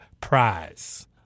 prize